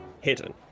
hidden